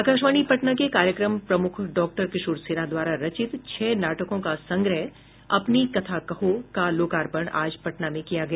आकाशवाणी पटना के कार्यक्रम प्रमुख डॉक्टर किशोर सिन्हा द्वारा रचित छह नाटकों का संग्रह अपनी कथा कहो का लोकार्पण आज पटना में किया गया